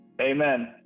amen